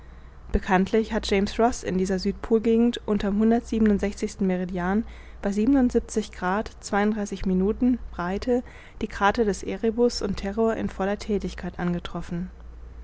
bekanntlich hat james roß in dieser südpolgegend unter'm hundertsiebenundsechzigsten meridian bei minuten breite die krater des erebus und terror in voller thätigkeit angetroffen